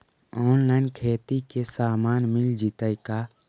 Online खेती के सामान मिल जैतै का?